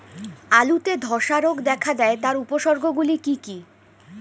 আলুতে ধ্বসা রোগ দেখা দেয় তার উপসর্গগুলি কি কি?